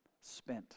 spent